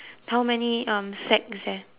how many um sack is there